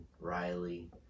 Riley